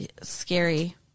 scary